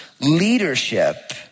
leadership